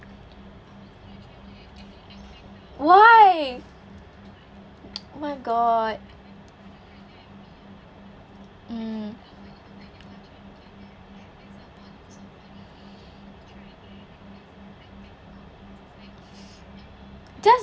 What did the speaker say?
why oh my god mm just